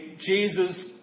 Jesus